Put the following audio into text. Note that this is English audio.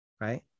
Right